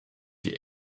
die